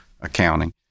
accounting